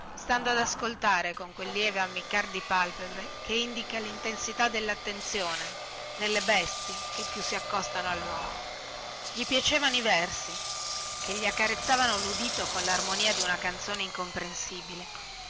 stando ad ascoltare con quel lieve ammiccar di palpebre che indica lintensità dellattenzione nelle bestie che più si accostano alluomo gli piacevano i versi che gli accarezzavano ludito con larmonia di una canzone incomprensibile